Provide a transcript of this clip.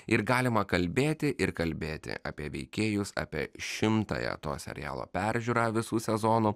ir galima kalbėti ir kalbėti apie veikėjus apie šimtąją to serialo peržiūrą visų sezonų